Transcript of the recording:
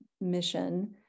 mission